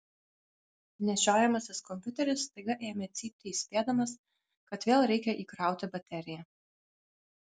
nešiojamasis kompiuteris staiga ėmė cypti įspėdamas kad vėl reikia įkrauti bateriją